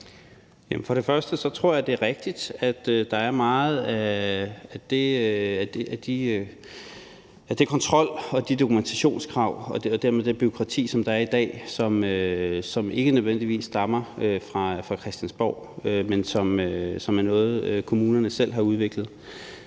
allerførst tror jeg, det er rigtigt, at meget af den kontrol og de dokumentationskrav og dermed det bureaukrati, der er i dag, ikke nødvendigvis stammer fra Christiansborg, men er noget, kommunerne selv har udviklet.